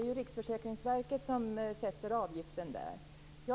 Det är Riksförsäkringsverket som sätter avgiften.